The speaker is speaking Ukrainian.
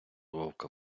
вовка